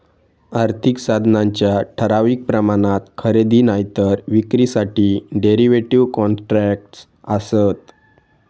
आर्थिक साधनांच्या ठराविक प्रमाणात खरेदी नायतर विक्रीसाठी डेरीव्हेटिव कॉन्ट्रॅक्टस् आसत